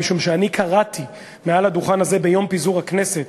משום שאני קראתי מעל הדוכן הזה ביום פיזור הכנסת